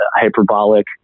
hyperbolic